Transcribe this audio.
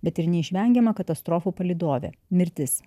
bet ir neišvengiama katastrofų palydovė mirtis